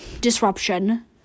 disruption